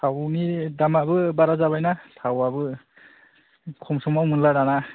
थावनि दामआबो बारा जाबाय ना थावआबो खम समाव मोनला दाना